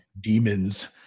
Demons